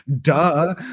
Duh